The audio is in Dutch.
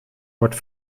wordt